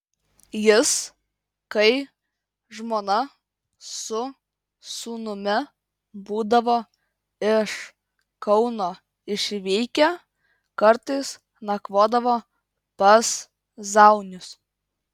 jis kai žmona su sūnumi būdavo iš kauno išvykę kartais nakvodavo pas zaunius